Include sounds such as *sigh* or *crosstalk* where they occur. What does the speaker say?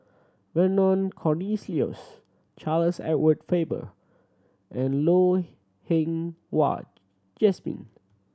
Vernon *unintelligible* Charles Edward Faber and *unintelligible* Wah Jesmine